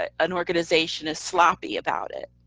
ah an organization is sloppy about it.